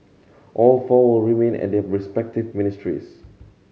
all four remain at their respective ministries